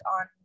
on